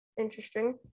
Interesting